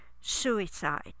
Suicide